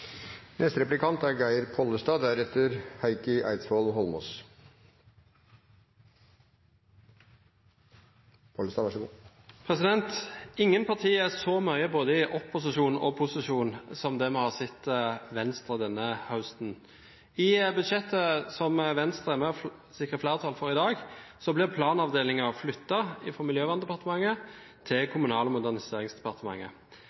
Ingen partier er så mye både i opposisjon og i posisjon som det vi har sett fra Venstres side denne høsten. I budsjettet som Venstre er med på å sikre flertall for i dag, blir planavdelingen flyttet fra Miljøverndepartementet til